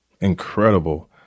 incredible